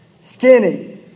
skinny